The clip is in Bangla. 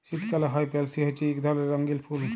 শীতকালে হ্যয় পেলসি হছে ইক ধরলের রঙ্গিল ফুল